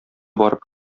барып